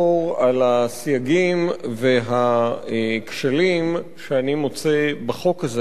על הסייגים והכשלים שאני מוצא בחוק הזה,